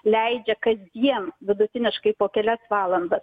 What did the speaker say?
leidžia kasdien vidutiniškai po kelias valandas